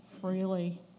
freely